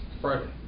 Friday